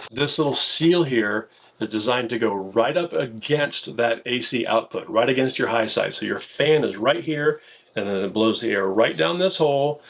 this little seal here is designed to go right up against that a c output, right against your high side, so your fan is right here and then it blows the air right down this hole.